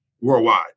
worldwide